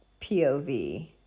POV